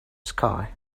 sky